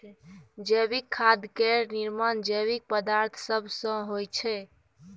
जैविक खाद केर निर्माण जैविक पदार्थ सब सँ होइ छै